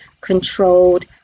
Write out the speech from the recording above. controlled